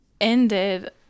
ended